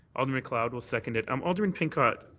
alderman macleod will second it. um alderman pincott,